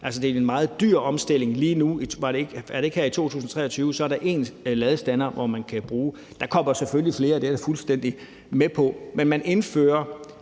Det er en meget dyr omstilling lige nu. Er det ikke her i 2023? Så er der én ladestander, som man kan bruge. Der kommer selvfølgelig flere; det er jeg da fuldstændig med på. Men man indfører